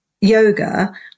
yoga